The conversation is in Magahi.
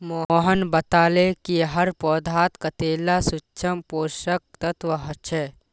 मोहन बताले कि हर पौधात कतेला सूक्ष्म पोषक तत्व ह छे